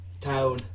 town